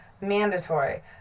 mandatory